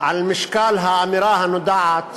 על משקל האמירה הנודעת